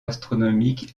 astronomique